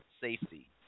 safety